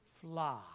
fly